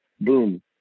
boom